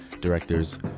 directors